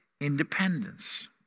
independence